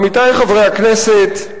עמיתי חברי הכנסת,